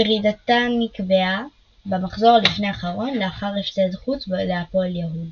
ירידתה נקבעה במחזור הלפני האחרון לאחר הפסד חוץ להפועל יהוד.